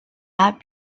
not